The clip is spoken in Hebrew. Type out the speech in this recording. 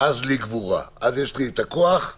אז "לי גבורה", אז יש לי את הכוח להתמודד,